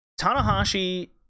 Tanahashi